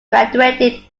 graduated